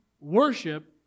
Worship